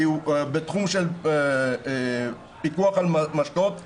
בתחום של פיקוח על משקאות משכרים,